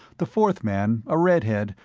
the fourth man, a redhead,